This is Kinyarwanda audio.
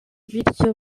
bityo